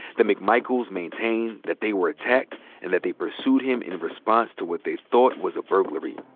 the mcmichaels maintain that they were attacked and that they pursued him in response to what they thought was a burglary.